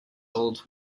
old